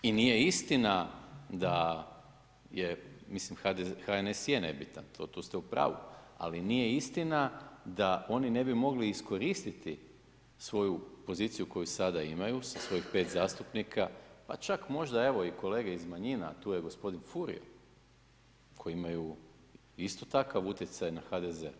I nije istina da je, mislim HNS je nebitan tu ste u pravu, ali nije istina da oni ne bi mogli iskoristiti svoju poziciju koju sada imaju sa svojih 5 zastupnika, pa čak možda evo i kolege iz manjina, tu je gospodin Furio, koji imaju isto takav utjecaj na HDZ-e.